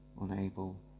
unable